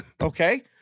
Okay